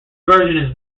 version